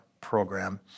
Program